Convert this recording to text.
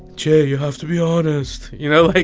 jay, you have to be honest, you know? like,